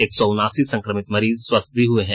एक सौ उनासी संक्रमित मरीज स्वस्थ भी हुए हैं